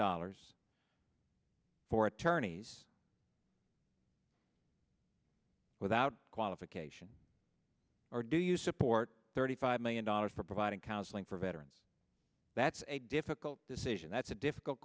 dollars for attorneys without qualification or do you support thirty five million dollars for providing counseling for veterans that's a difficult decision that's a difficult